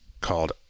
called